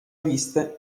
viste